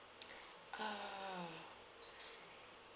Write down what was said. uh